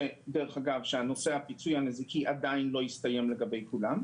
שם נושא הפיצוי הנזיקי עוד לא הסתיים לגבי כולם.